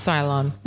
Cylon